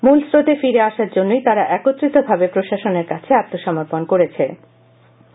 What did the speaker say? মূলস্রোতে ফিরে আসার জন্যই তারা একত্রিতভাবে প্রশাসনের কাছে আত্ম সমর্পণ করেছে